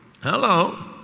Hello